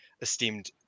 esteemed